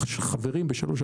וחברים בשלוש,